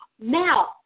Now